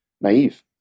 naive